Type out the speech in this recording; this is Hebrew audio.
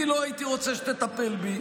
אני לא הייתי רוצה שתטפל בי.